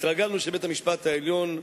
התרגלנו שבית-המשפט העליון,